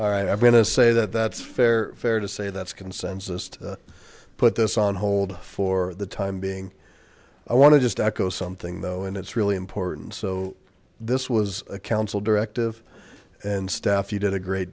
all right i'm going to say that that's fair fair to say that's consensus to put this on hold for the time being i want to just echo something though and it's really important so this was a council directive and staff you did a great